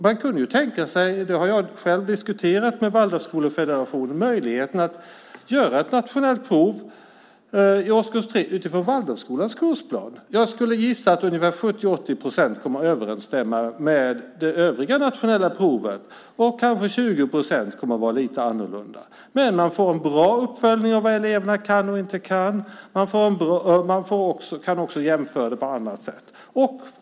Man kunde tänka sig, det har jag själv diskuterat med Waldorfskolefederationen, möjligheten att göra ett nationellt prov i årskurs 3 utifrån Waldorfskolans kursplan. Jag skulle gissa att ungefär 70-80 procent kommer att överensstämma med de övriga nationella proven, och kanske 20 procent kommer att vara lite annorlunda. Man får en bra uppföljning av vad eleverna kan och inte kan. Man kan också jämföra det på annat sätt.